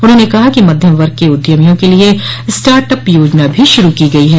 उन्होंने कहा कि मध्यम वर्ग के उद्यमियों क लिए स्टार्ट अप योजना भी शुरू की गई है